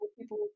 people